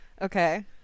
Okay